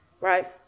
right